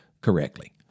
correctly